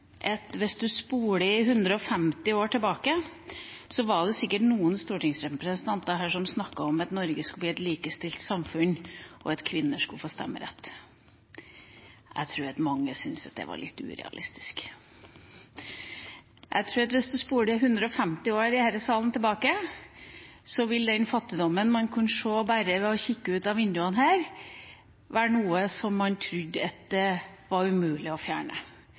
at hvis du spoler 150 år tilbake, var det sikkert noen stortingsrepresentanter som snakket om at Norge skulle bli et likestilt samfunn, og at kvinner skulle få stemmerett. Jeg tror mange syntes at det var litt urealistisk. Jeg tror at hvis du spoler 150 år tilbake i denne salen, ville den fattigdommen man kunne se bare ved å kikke ut av vinduene her, være noe som man trodde var umulig å fjerne,